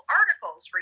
articles